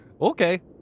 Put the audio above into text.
Okay